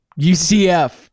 UCF